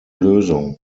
lösung